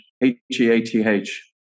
H-E-A-T-H